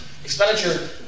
Expenditure